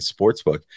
sportsbook